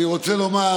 אני רוצה לומר